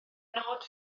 nod